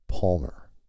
Palmer